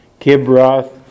Kibroth